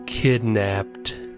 Kidnapped